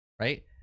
right